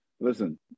Listen